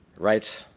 writes